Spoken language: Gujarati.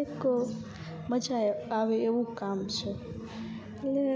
એક મજા આવે એવું કામ છે એટલે